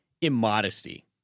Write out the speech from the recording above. immodesty